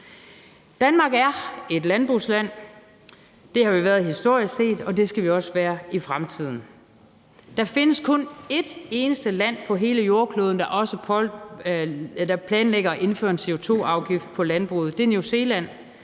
Danmark er et landbrugsland. Det har vi været historisk set, og det skal vi også være i fremtiden. Der findes kun et eneste land på hele jordkloden, der også planlægger at indføre en CO2-afgift på landbruget – det er New Zealand